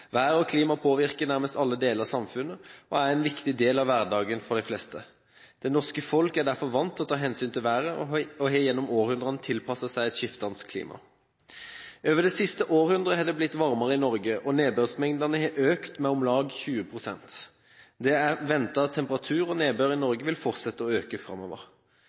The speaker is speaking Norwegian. Vær og klima påvirker nærmest alle deler av samfunnet og er en viktig del av hverdagen for de fleste. Det norske folk er derfor vant til å ta hensyn til været, og har gjennom århundrene tilpasset seg et skiftende klima. Over det siste århundret har det blitt varmere i Norge, og nedbørsmengdene har økt med om lag 20 pst. Det er ventet at temperatur og nedbør i Norge vil fortsette å øke framover.